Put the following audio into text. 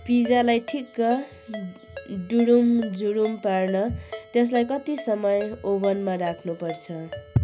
पिज्जालाई ठिक्क ढुरुम झुरुम पार्न यसलाई कति समय ओभनमा राख्नुपर्